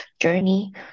journey